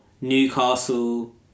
Newcastle